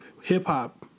hip-hop